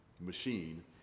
machine